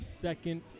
second